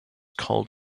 called